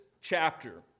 chapter